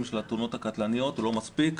של התאונות הקטלניות וזה לא מספיק.